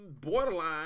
borderline